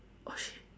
oh shit